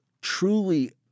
truly